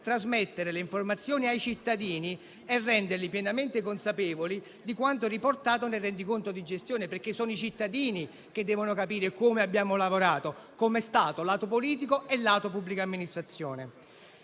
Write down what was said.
trasmettere le informazioni ai cittadini e renderli pienamente consapevoli di quanto riportato nel rendiconto di gestione. Sono proprio i cittadini che devono capire come abbiamo lavorato, come Stato, lato politico e lato pubblica amministrazione.